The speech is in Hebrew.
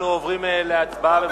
אנחנו עוברים להצבעה.